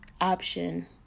option